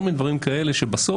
כל מיני דברים כאלה שבסוף